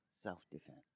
Self-defense